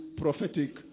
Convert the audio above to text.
prophetic